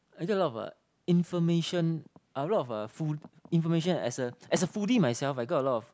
I get a lot of uh information a lot of uh food information as a as a foodie myself I got a lot of